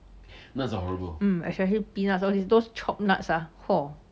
mm especially peanuts those chopped nuts ah hor